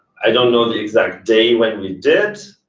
i don't know the exact day when we did,